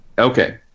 Okay